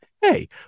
Hey